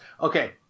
Okay